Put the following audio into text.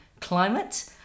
climate